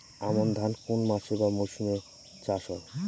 আমন ধান কোন মাসে বা মরশুমে চাষ হয়?